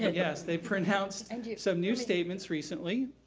yes they print out. and you. some new statements recently,